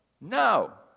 No